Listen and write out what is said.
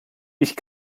ich